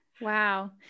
Wow